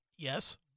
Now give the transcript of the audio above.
Yes